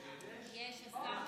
יש, יש.